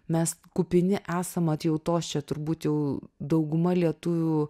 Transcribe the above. mes kupini esam atjautos čia turbūt jau dauguma lietuvių